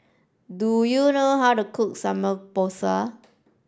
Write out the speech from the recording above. do you know how to cook Samgeyopsal